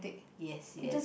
yes yes